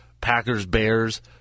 Packers-Bears